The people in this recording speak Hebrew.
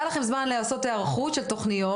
היה לכם זמן לעשות היערכות של תוכניות,